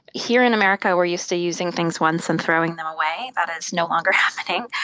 here in america, we're used to using things once and throwing them away. that is no longer happening.